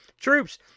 troops